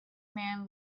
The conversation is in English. man